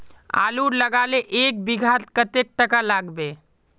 आलूर लगाले एक बिघात कतेक टका लागबे?